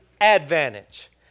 advantage